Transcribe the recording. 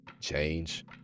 change